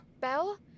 Bell